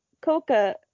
Coca